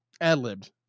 ad-libbed